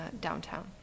downtown